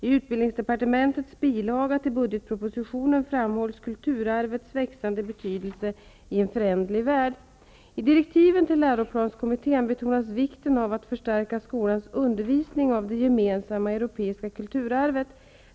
I utbildningsdepartementets bilaga till bud getpropositionen framhålls kulturarvets växande betydelse i en föränderlig värld. I direktiven till läroplanskommittén betonas vikten av att förstärka skolans undervisning om det ge mensamma europeiska kulturarvet.